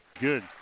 good